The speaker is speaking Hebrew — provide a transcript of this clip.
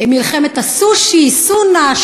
"מלחמת הסו שי" סונה,